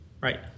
Right